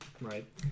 right